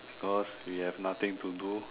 cause we have nothing to do